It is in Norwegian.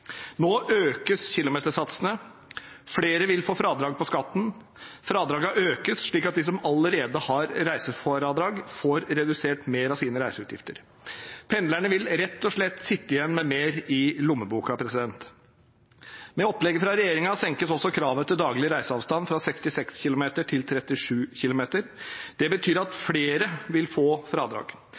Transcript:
Nå økes kilometersatsene, flere vil få fradrag på skatten, fradragene økes slik at de som allerede har reisefradrag, får redusert mer av sine reiseutgifter. Pendlerne vil rett og slett sitte igjen med mer i lommeboken. Med opplegget fra regjeringen senkes også kravet til daglig reiseavstand fra 66 km til 37 km. Det betyr at flere vil få fradrag.